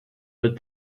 but